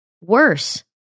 worse